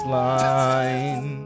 line